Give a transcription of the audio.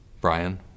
Brian